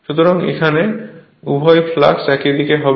সুতরাং এখানে উভয় ফ্লাক্স এই একই দিক হবে